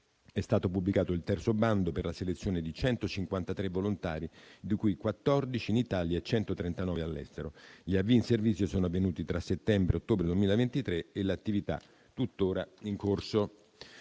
è stato pubblicato il terzo bando per la selezione di 153 volontari, di cui 14 in Italia e 139 all'estero. Gli avvii in servizio sono avvenuti tra settembre e ottobre 2023 e l'attività è tuttora in corso.